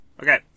Okay